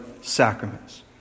sacraments